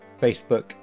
Facebook